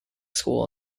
school